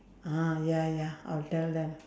ah ya ya I'll tell them